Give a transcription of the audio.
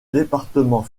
département